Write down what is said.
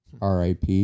RIP